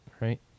right